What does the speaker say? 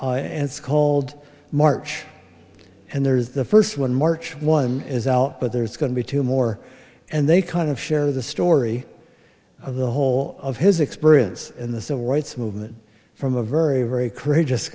novel and scald march and there's the first one march one is out but there's going to be two more and they kind of share the story of the whole of his experience in the civil rights movement from a very very courageous